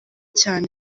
cyane